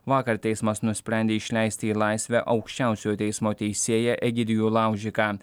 vakar teismas nusprendė išleisti į laisvę aukščiausiojo teismo teisėją egidijų laužiką